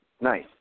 Nice